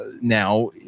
now